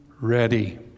ready